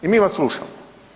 I mi vas slušamo.